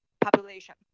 population